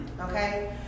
Okay